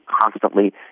constantly